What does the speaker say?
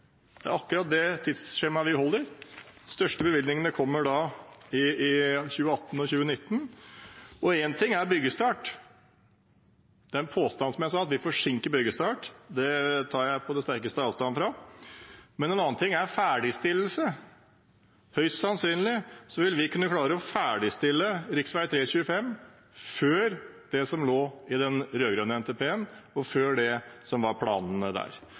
Det er akkurat det tidsskjemaet vi holder. De største bevilgningene kommer da i 2018 og 2019. Én ting er byggestart – det er en påstand, som jeg sa, at vi forsinker byggestart, og det tar jeg på det sterkeste avstand fra – men en annen ting er ferdigstillelse. Høyst sannsynlig vil vi kunne klare å ferdigstille rv. 3/rv. 25 før det som lå i den rød-grønne NTP-en, før det som var planene der.